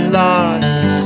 lost